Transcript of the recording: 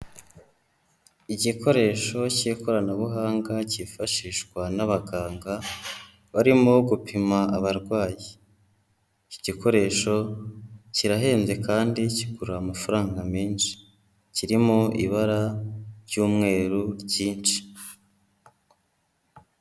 Igikoresho cy'ikoranabuhanga cyifashishwa n'abaganga barimo gupima abarwayi, iki gikoresho kirahenze kandi kigura amafaranga menshi, kirimo ibara ry'umweru ryinshi.